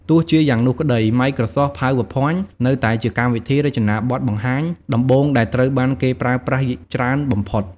ទោះជាយ៉ាងនោះក្ដី Microsoft PowerPoint នៅតែជាកម្មវិធីរចនាបទបង្ហាញដំបូងដែលត្រូវបានគេប្រើប្រាស់ច្រើនបំផុត។